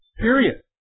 Period